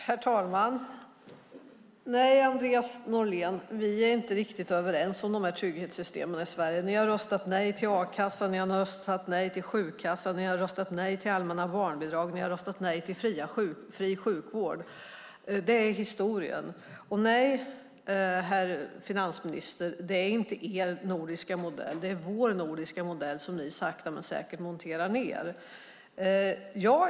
Herr talman! Nej, Andreas Norlén, vi är inte riktigt överens om trygghetssystemen i Sverige. Ni har röstat nej till a-kassa, sjukkassa, allmänna barnbidrag och fri sjukvård. Det är historien. Och nej, herr finansminister, det är inte er nordiska modell. Det är vår nordiska modell, som ni sakta men säkert monterar ned.